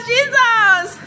Jesus